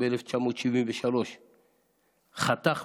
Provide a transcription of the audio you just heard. שב-1973 חתך,